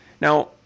Now